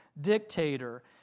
dictator